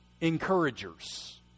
encouragers